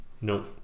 no